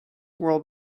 world